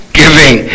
giving